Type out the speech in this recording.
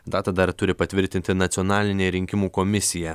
datą dar turi patvirtinti nacionalinė rinkimų komisija